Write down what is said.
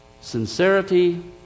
sincerity